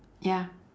ya